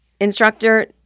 Instructor